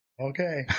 Okay